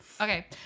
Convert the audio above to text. Okay